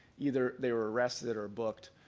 either they were arrested or booked,